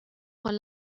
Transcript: con